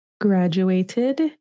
graduated